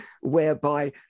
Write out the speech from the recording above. whereby